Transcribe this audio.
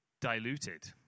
diluted